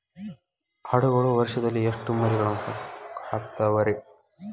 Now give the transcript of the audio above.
ಆಡುಗಳು ವರುಷದಲ್ಲಿ ಎಷ್ಟು ಮರಿಗಳನ್ನು ಹಾಕ್ತಾವ ರೇ?